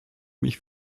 mich